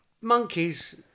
monkeys